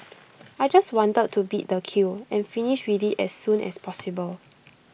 I just wanted to beat the queue and finish with IT as soon as possible